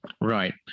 Right